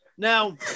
Now